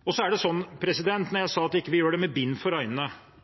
Da jeg sa at vi ikke gjør det med bind for øynene, er det selvfølgelig fordi det er store forskjeller mellom felt og innretninger når det gjelder tekniske muligheter, kostnader, potensial for